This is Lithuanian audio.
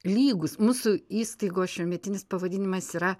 lygūs mūsų įstaigos šiuometinis pavadinimas yra